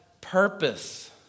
purpose